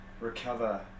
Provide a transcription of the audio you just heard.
recover